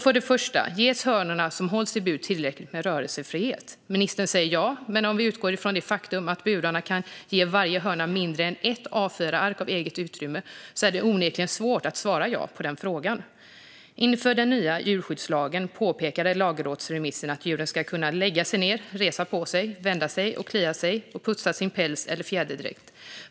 För det första: Ges hönorna som hålls i bur tillräcklig rörelsefrihet? Ministern säger ja. Men om vi utgår från det faktum att varje höna ges mindre än ett A4-ark av eget utrymme i burarna är det onekligen svårt att svara ja på den frågan. Inför den nya djurskyddslagen påpekades i lagrådsremissen att djuren ska kunna lägga sig ned, resa på sig, vända sig, klia sig och putsa sin päls eller fjäderdräkt.